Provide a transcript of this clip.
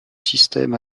système